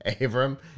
Abram